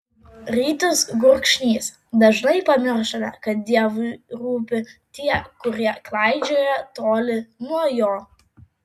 rytis gurkšnys dažnai pamirštame kad dievui rūpi tie kurie klaidžioja toli nuo jo